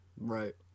Right